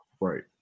Right